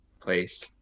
place